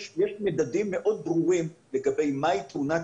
יש מדדים מאוד ברורים לגבי מהי תאונת